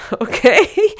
okay